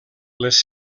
les